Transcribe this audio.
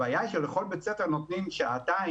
הבעיה היא שלכול בית ספר נותנים שעתיים.